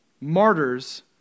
martyrs